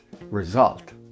result